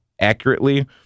accurately